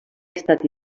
estat